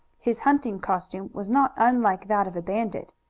his hunting costume was not unlike that of a bandit.